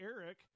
Eric